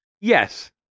Yes